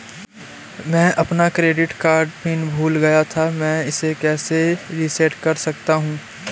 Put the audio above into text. मैं अपना credit card PIN भूल गया था मैं इसे कैसे रीसेट कर सकता हूँ?